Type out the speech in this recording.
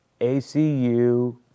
ACU